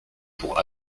pour